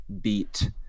beat